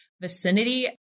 vicinity